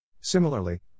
Similarly